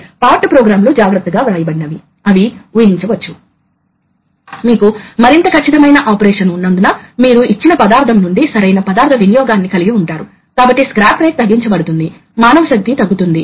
ఇది పవర్ ని అందించడం చేయవచ్చు ఇది వివిధ మార్గాల్లో చేయవచ్చు ఉదాహరణకు ఇది నేరుగా సోలేనోయిడ్ తో నడిచే వాల్వ్ కావచ్చు అక్కడ కొంత కరెంట్ కాయిల్ లోకి నడపబడుతుంది మరియు ఇది ఈ స్పూల్ ను లాగుతుంది